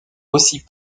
aussi